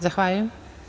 Zahvaljujem.